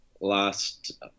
last